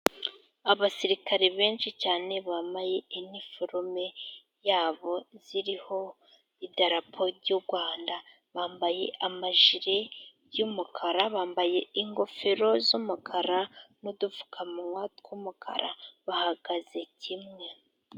Abasirikare benshi cyane, bambaye iniforume yabo ziriho idarapo ry'u Rwanda. Bambaye amajire y'umukara, bambaye ingofero z'umukara, n'udupfukamunwa tw'umukara, bahagaze kimwe.